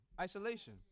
isolation